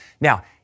Now